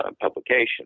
publication